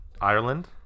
ireland